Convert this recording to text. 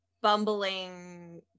bumbling